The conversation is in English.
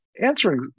answering